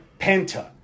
Penta